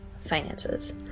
Finances